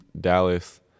Dallas